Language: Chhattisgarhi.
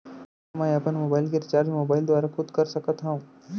का मैं अपन मोबाइल के रिचार्ज मोबाइल दुवारा खुद कर सकत हव?